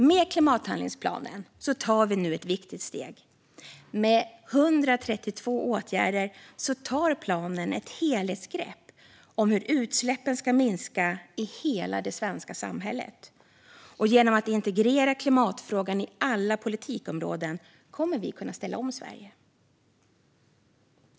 Med klimathandlingsplanen tar vi nu ett viktigt steg. Med 132 åtgärder tar planen ett helhetsgrepp om hur utsläppen ska minska i hela det svenska samhället. Genom att integrera klimatfrågan i alla politikområden kommer vi att kunna ställa om Sverige.